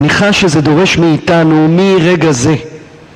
מניחה שזה דורש מאיתנו מרגע זה